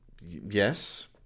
Yes